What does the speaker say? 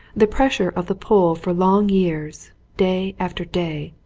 the pres sure of the pole for long years, day after day,